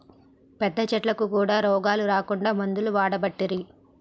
పెద్ద చెట్లకు కూడా రోగాలు రాకుండా మందులు వాడబట్టిరి